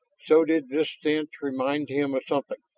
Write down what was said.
so did this stench remind him of something.